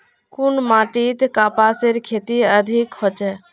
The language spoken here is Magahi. कुन माटित कपासेर खेती अधिक होचे?